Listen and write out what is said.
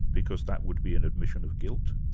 because that would be an admission of guilt?